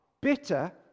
bitter